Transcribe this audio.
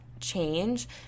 change